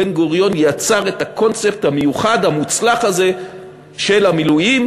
בן-גוריון יצר את הקונספט המיוחד המוצלח הזה של המילואים,